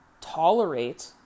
tolerate